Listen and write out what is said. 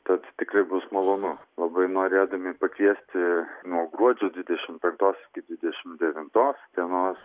tad tikrai bus malonu labai norėdami pakviesti nuo gruodžio dvidešim penktos iki dvidešim devintos dienos